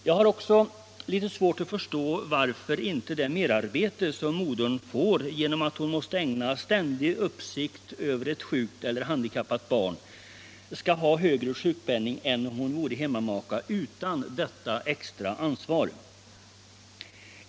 Jag har också litet svårt att förstå varför inte det merarbete som modern får genom att hon måste ägna sig åt ständig uppsikt över ett sjukt eller handikappat barn skall berättiga henne till högre sjukpenning än om hon vore hemmamaka utan detta extra ansvar.